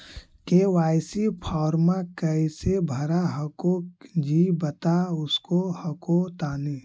KYC फॉर्मा कैसे भरा हको जी बता उसको हको तानी?